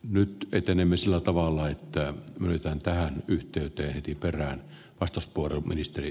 nyt etenemme sillä tavalla että miten tähän yhteyteen heti perään ostosporoministeri